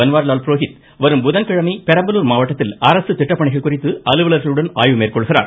பன்வாரிலால் புரோகித் வரும் புதன்கிழமை பெரம்பலூர் மாவட்டத்தில் அரசு திட்டப் பணிகள் குறித்து அலுவலர்களுடன் ஆய்வு மேற்கொள்கிறார்